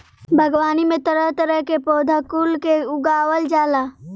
बागवानी में तरह तरह के पौधा कुल के उगावल जाला